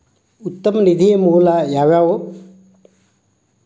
ಉತ್ತಮ ನಿಧಿಯ ಮೂಲ ಯಾವವ್ಯಾವು?